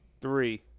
three